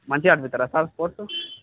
మంచిగా ఆడిస్తారా sir sports